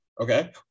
okay